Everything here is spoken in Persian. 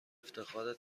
افتخار